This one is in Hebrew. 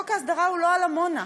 חוק ההסדרה הוא לא על עמונה.